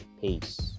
peace